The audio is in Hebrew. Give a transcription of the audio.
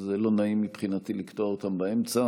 זה לא נעים מבחינתי לקטוע אותם באמצע,